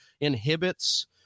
inhibits